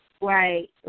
Right